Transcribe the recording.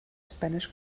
spanish